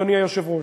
אדוני היושב-ראש,